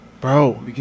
Bro